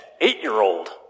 eight-year-old